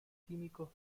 químicos